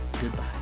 Goodbye